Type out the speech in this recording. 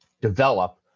develop